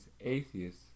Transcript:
atheist